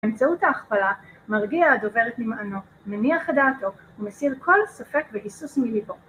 באמצעות ההכפלה מרגיע הדובר את נמענו, מניח את דעתו ומסיר כל ספק והיסוס מלבו.